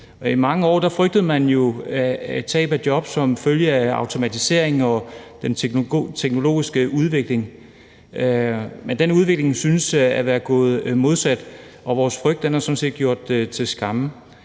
I mange år frygtede man jo tab af job som følge af automatiseringen og den teknologiske udvikling, men den udvikling synes at være gået modsat, og vores frygt er sådan set gjort til skamme.